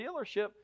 dealership